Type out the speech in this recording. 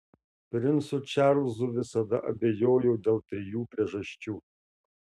princu čarlzu visada abejojau dėl trijų priežasčių